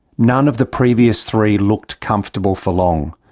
none of the previous three looked comfortable for long.